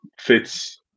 fits